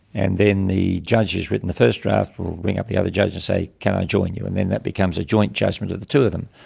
and then the judge who's written the first draft will ring up the other judge and say, can i join you? and then that becomes a joint judgment of the two of them.